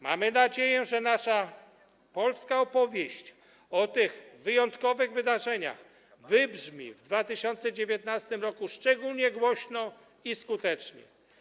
Mamy nadzieję, że nasza polska opowieść o tych wyjątkowych wydarzeniach wybrzmi w 2019 r. szczególnie głośno i skutecznie.